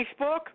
Facebook